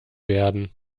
werden